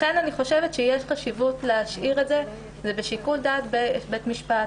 לכן אני חושבת שיש חשיבות להשאיר את זה לשיקול דעת של בית המשפט.